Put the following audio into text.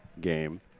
game